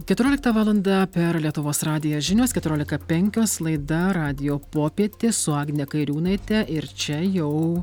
keturioliktą valandą per lietuvos radiją žinios keturiolika penkios laida radijo popietė su agne kairiūnaite ir čia jau